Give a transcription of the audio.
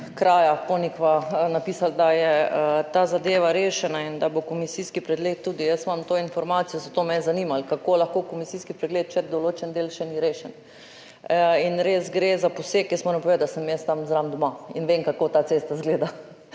kraja Ponikva napisali, da je ta zadeva rešena in da bo tudi komisijski pregled. Tudi jaz imam to informacijo, zato me je zanimalo, kako je lahko komisijski pregled, če določen del še ni rešen. In res gre za poseg, jaz moram povedati, da sem jaz tam zraven doma in vem, kako ta cesta izgleda